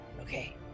okay